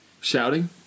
Shouting